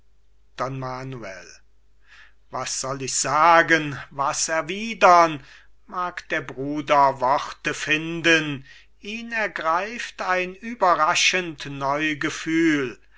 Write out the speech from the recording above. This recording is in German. was soll ich sagen was erwiedern mag der bruder worte finden ihn ergreift ein überraschend